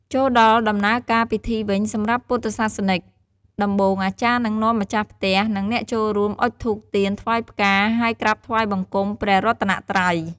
ចូលដល់ដំណើរការពិធីវិញ សម្រាប់ពុទ្ធសាសនិក ដំបូងអាចារ្យនឹងនាំម្ចាស់ផ្ទះ និងអ្នកចូលរួម អុជធូប ទៀន ថ្វាយផ្កា ហើយ វក្រាបថ្វាយបង្គំ ព្រះរតនត្រ័យ។